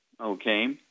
Okay